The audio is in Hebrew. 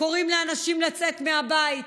קוראים לאנשים לצאת מהבית,